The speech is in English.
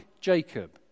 Jacob